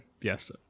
yes